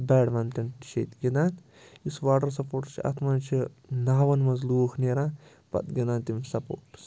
badminton تہِ چھُ ییٚتہِ گِنٛدان یُس واٹَر سَپوٹٕس چھُ اَتھ مَنٛز چھِ ناوَن مَنٛز لوٗکھ نیران پَتہٕ گِنٛدان تِم سَپوٹٕس